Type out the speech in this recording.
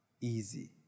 easy